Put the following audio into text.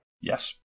Yes